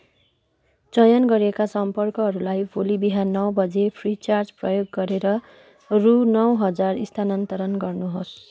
चयन गरिएका सम्पर्कहरूलाई भोलि बिहान नौ बजे फ्रिचार्ज प्रयोग गरेर रु नौ हजार स्थानान्तरण गर्नुहोस्